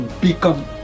become